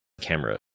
camera